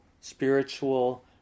spiritual